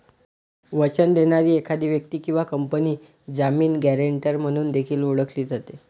वचन देणारी एखादी व्यक्ती किंवा कंपनी जामीन, गॅरेंटर म्हणून देखील ओळखली जाते